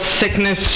sickness